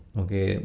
okay